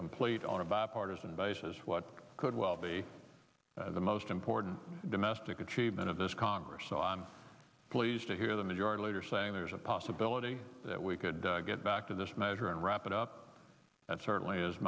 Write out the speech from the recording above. complete on a bipartisan basis what could well be the most important domestic achievement of this congress so i'm pleased to hear the majority leader saying there's a possibility that we could get back to this matter and wrap it up that certainly